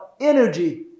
energy